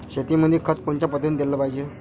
शेतीमंदी खत कोनच्या पद्धतीने देलं पाहिजे?